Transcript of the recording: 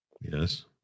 Yes